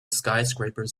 skyscrapers